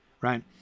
right